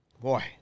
boy